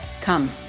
Come